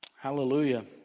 Hallelujah